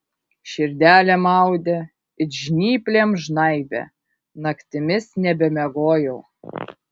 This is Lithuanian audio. širdelė maudė it žnyplėm žnaibė naktimis nebemiegojau